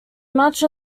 much